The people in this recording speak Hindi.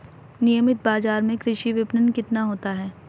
नियमित बाज़ार में कृषि विपणन कितना होता है?